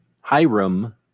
Hiram